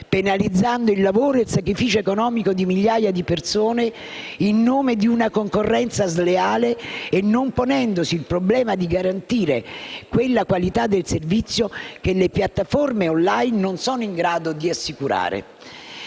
penalizzando il lavoro e il sacrificio economico di migliaia di persone in nome di una concorrenza sleale e non ponendosi il problema di garantire quella qualità del servizio che le piattaforme *online* non sono in grado di assicurare.